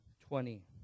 twenty